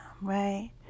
right